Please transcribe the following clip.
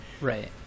right